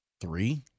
Three